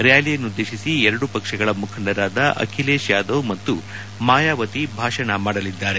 ರ್ಕಾಲಿಯನ್ನುದ್ದೇಶಿಸಿ ಎರಡು ಪಕ್ಷಗಳ ಮುಖಂಡರಾದ ಅಖಿಲೇಶ್ ಯಾದವ್ ಮತ್ತು ಮಾಯಾವತಿ ಭಾಷಣ ಮಾಡಲಿದ್ದಾರೆ